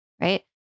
Right